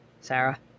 Sarah